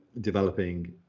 developing